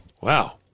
Wow